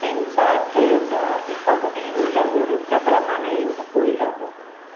பின்சார் தேவ்தா இப்பகுதியில் உள்ள ஒரு பிரபலமான இந்து கோயிலாகும்